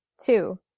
Two